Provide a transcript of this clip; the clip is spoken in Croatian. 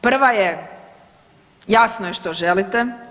Prva je jasno je što želite.